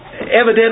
evidently